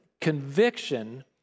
conviction